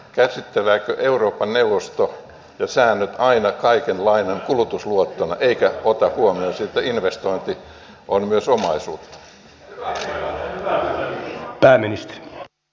käsittelevätkö euroopan neuvosto ja säännöt aina kaiken lainan kulutusluottona eivätkä ota huomioon sitä että investointi on myös omaisuutta